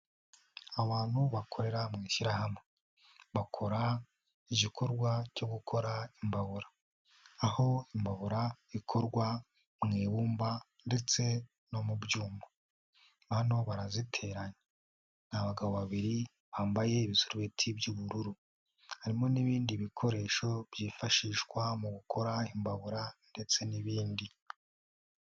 Abantu bakorera mu ishyirahamwe, bakora igikorwa cyo gukora imbabura, aho imbaburala ikorwa mu ibumba ndetse no mu byuma. Barimo baraziteranya, ni abagabo babiri bambaye ibisurubeti by'ubururu ,harimo n'ibindi bikoresho byifashishwa mu gukora imbabura ndetse n'ibindi.